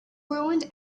ruined